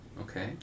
Okay